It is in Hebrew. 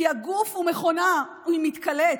כי הגוף הוא מכונה מתכלה.